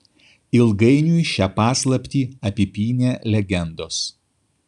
ilgainiui šią paslaptį apipynė legendos